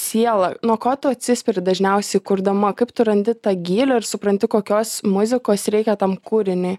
sielą nuo ko tu atsispiri dažniausiai kurdama kaip tu randi tą gilį ar supranti kokios muzikos reikia tam kūriniui